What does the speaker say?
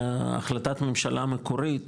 החלטת ממשלה מקורית,